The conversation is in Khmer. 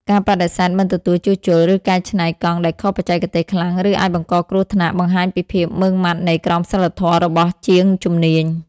ការបដិសេធមិនទទួលជួសជុល ឬកែច្នៃកង់ដែលខុសបច្ចេកទេសខ្លាំង ឬអាចបង្កគ្រោះថ្នាក់ បង្ហាញពីភាពម៉ឺងម៉ាត់នៃក្រមសីលធម៌របស់ជាងជំនាញ។